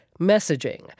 messaging